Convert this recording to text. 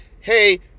hey